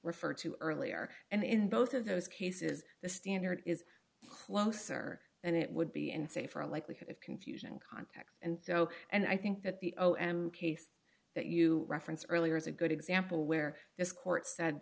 referred to earlier and in both of those cases the standard is closer than it would be in say for a likelihood of confusion contact and so and i think that the o m case that you referenced earlier is a good example where this court said